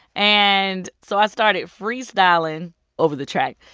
and so i started freestyling over the track.